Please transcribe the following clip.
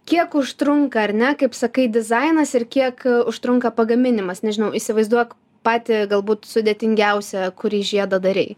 kiek užtrunka ar ne kaip sakai dizainas ir kiek užtrunka pagaminimas nežinau įsivaizduok patį galbūt sudėtingiausią kurį žiedą darei